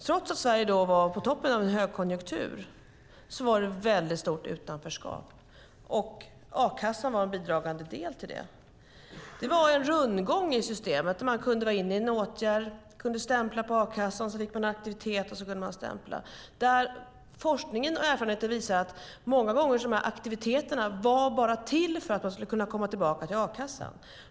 Trots att Sverige var på toppen av en högkonjunktur var det ett stort utanförskap, och a-kassan var en bidragande del till det. Det var en rundgång i systemet där man kunde vara inne i en åtgärd, sedan stämpla på a-kassan, få en aktivitet, och så kunde man stämpla igen. Forskningen och erfarenheten visar att många gånger var de här åtgärderna bara till för att man skulle kunna komma tillbaka till a-kassan.